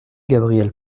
gabriel